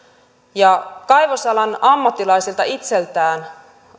ja kaksituhattakahdeksan kaivosalan ammattilaisilta itseltään